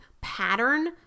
pattern